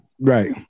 right